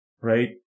right